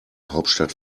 hauptstadt